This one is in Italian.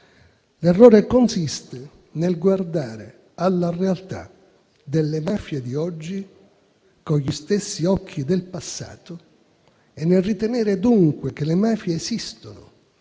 errore consiste nel guardare alla realtà delle mafie di oggi con gli stessi occhi del passato e nel ritenere dunque che le mafie esistano